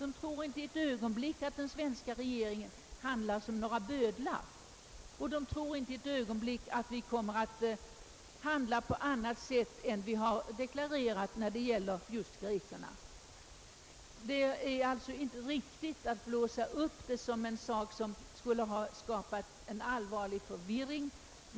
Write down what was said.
De tror inte ett ögonblick att den svenska regeringen handlar som bödlar och de tror inte ett ögonblick att vi kommer att handla på annat sätt än vi deklarerat just när det gäller grekerna. Att blåsa upp denna händelse och säga att den skapat allvarlig förvirring är inte riktigt.